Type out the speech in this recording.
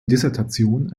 dissertation